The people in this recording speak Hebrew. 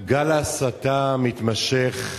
גל ההסתה המתמשך,